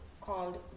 called